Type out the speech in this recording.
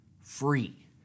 free